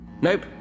Nope